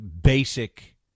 basic